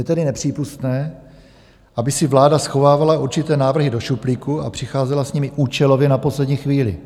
Je tedy nepřípustné, aby si vláda schovávala určité návrhy do šuplíku a přicházela s nimi účelově na poslední chvíli.